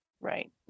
right